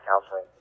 counseling